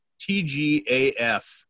TGAF